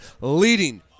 leading